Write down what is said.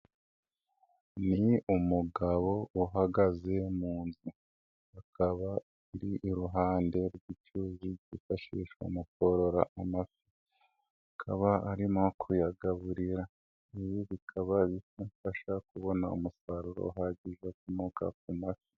Ni umugabo uhagaze mu nzu, akaba iri iruhande rw'icyuzi cyifashishwa mukorora amafi, akaba arimo kuyagaburira ibi bikaba bimufasha kubona umusaruro uhagije ukomoka ku mafi.